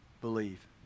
believe